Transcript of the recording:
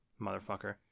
Motherfucker